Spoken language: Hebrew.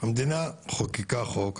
המדינה חוקקה חוק,